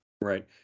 Right